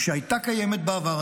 שהייתה קיימת בעבר,